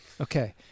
Okay